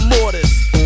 mortis